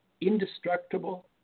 indestructible